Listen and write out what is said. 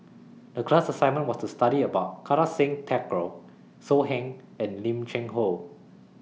The class assignment was to study about Kartar Singh Thakral So Heng and Lim Cheng Hoe